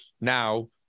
now